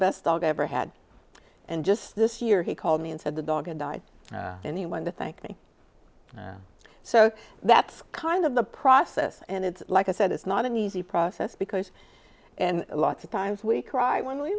best dog ever had and just this year he called me and said the dog had died and he went to thank me so that's kind of the process and it's like i said it's not an easy process because and a lot of times we cry when we